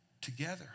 together